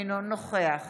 אינו נוכח